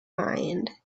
mind